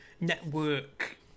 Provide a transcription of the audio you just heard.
network